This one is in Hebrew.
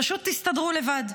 פשוט תסתדרו לבד.